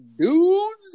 Dudes